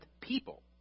people